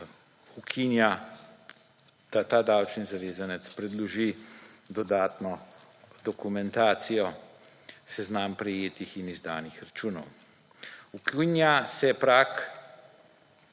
ukinja, da ta davčni zavezanec predloži dodatno dokumentacijo seznam prejetih in izdanih računov. Ukinja se prag